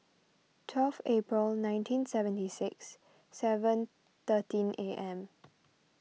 twelve April nineteen seventy six seven thirteen A M